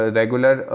regular